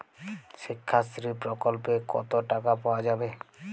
শিক্ষাশ্রী প্রকল্পে কতো টাকা পাওয়া যাবে?